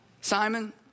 Simon